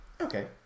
Okay